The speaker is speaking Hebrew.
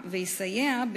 והיא מתבצעת